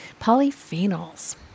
Polyphenols